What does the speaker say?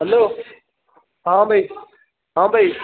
hello ହଁ ଭାଇ ହଁ ଭାଇ